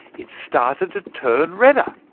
it started to turn redder.